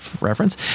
reference